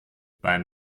beim